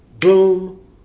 boom